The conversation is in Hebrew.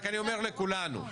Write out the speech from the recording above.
אומר לכולנו,